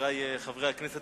חברי חברי הכנסת,